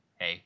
Hey